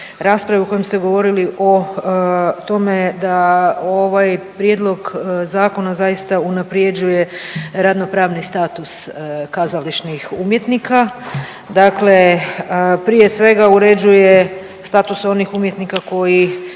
rasprave u kojoj ste govorili o tome da ovaj prijedloga zakona zaista unaprjeđuje radno pravni status kazališnih umjetnika, dakle prije svega uređuje status onih umjetnika koji